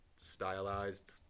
Stylized